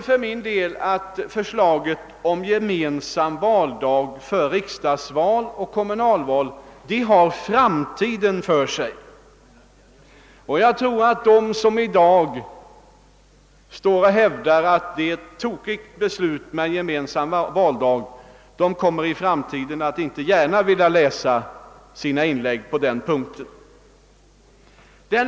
För min del anser jag att förslaget om en gemensam valdag för riksdagsoch kommunalval har framtiden för sig, och jag tror att de, som i dag hävdar att förslaget om en gemensam valdag är dåligt, i framtiden inte gärna vill läsa sina inlägg på den punkten.